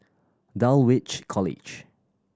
Dulwich College